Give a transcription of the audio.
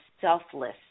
selfless